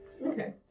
Okay